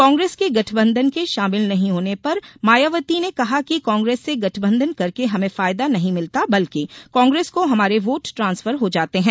कांग्रेस के गठबंधन में शामिल नहीं होने पर मायावती ने कहा कि कांग्रेस से गठबंधन करके हमें फायदा नहीं मिलता बल्कि कांग्रेस को हमारे वोट ट्रांसफर हो जाते हैं